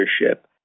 leadership